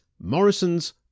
Morrison's